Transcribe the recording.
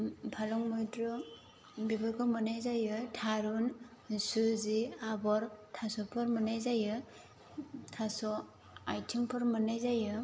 फालं मैद्रु बेफोरखौ मोन्नाय जायो थारुन सुजि आबर थास'फोर मोन्नाय जायो थास' आयथिंफोर मोन्नाय जायो